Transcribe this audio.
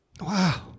Wow